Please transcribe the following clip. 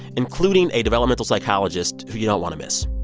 including a developmental psychologist who you don't want to miss.